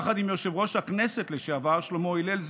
יחד עם יושב-ראש הכנסת לשעבר שלמה הלל,